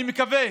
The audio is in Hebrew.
אני מקווה